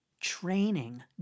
Training